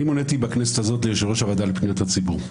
אני מוניתי בכנסת הזאת ליושב-ראש הוועדה לפניות הציבור.